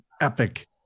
epic